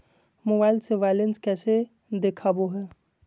Mobile से balance कैसे देखाबो है?